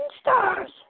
stars